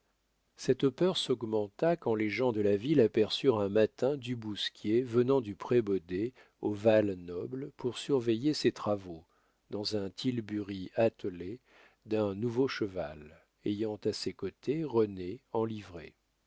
cette peur s'augmenta quand les gens de la ville aperçurent un matin du bousquier venant du prébaudet au val-noble pour surveiller ses travaux dans un tilbury attelé d'un nouveau cheval ayant à ses côtés rené